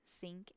sink